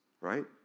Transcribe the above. right